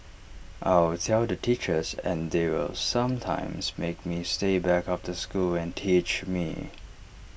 I'll tell the teachers and they will sometimes make me stay back after school and teach me